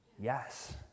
yes